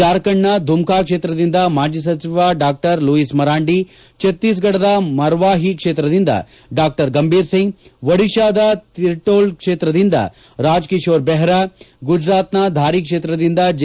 ಜಾರ್ಖಂಡ್ನ ಧುಮ್ಕಾ ಕ್ಷೇತ್ರದಿಂದ ಮಾಜಿ ಸಚಿವ ಡಾ ಲೂಯಿಸ್ ಮರಾಂಡಿ ಛತ್ತೀಸ್ಫಡದ ಮರ್ವಾಹಿ ಕ್ಷೇತ್ರದಿಂದ ಡಾ ಗಂಭೀರ್ ಸಿಂಗ್ ಒಡಿಶಾದ ತಿರ್ಲೋಲ್ ಕ್ಷೇತ್ರದಿಂದ ರಾಜ್ಕಿಶೋರ್ ಬೆಹ್ರಾ ಗುಜರಾತ್ನ ಧಾರಿ ಕ್ಷೇತ್ರದಿಂದ ಜೆ